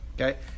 Okay